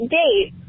date